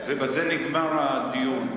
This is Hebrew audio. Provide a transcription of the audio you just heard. ובזה נגמר הדיון.